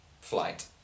flight